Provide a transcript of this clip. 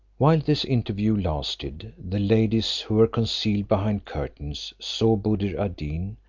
while this interview lasted, the ladies, who were concealed behind curtains, saw buddir ad deen,